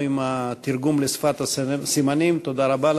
התשע"ו